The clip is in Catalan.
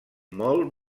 molt